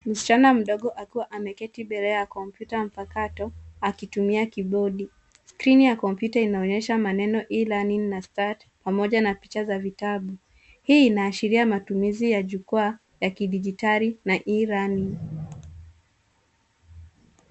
Msichana mdogo akiwa ameketi mbele ya [computer] mpakato, akitumia kibodi, skrini ya computer inaoyesha maneno e-learning na start pamoja na picha za vitabu, hii inaashiria matumizi ya jukwaa ya kidijitali na e-learning .